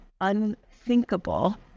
unthinkable